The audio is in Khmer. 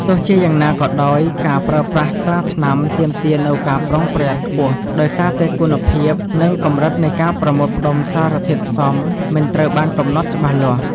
ទោះជាយ៉ាងណាក៏ដោយ ការប្រើប្រាស់ស្រាថ្នាំទាមទារនូវ ការប្រុងប្រយ័ត្នខ្ពស់ ដោយសារតែគុណភាព និងកម្រិតនៃការប្រមូលផ្តុំសារធាតុផ្សំមិនត្រូវបានកំណត់ច្បាស់លាស់។